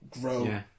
grow